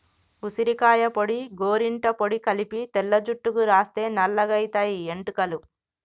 ఉసిరికాయ పొడి గోరింట పొడి కలిపి తెల్ల జుట్టుకు రాస్తే నల్లగాయితయి ఎట్టుకలు